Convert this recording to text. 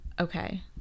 okay